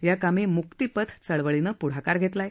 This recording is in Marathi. या कामी म्क्तिपथ चळवळीनं प्ढाकार घेतला आहे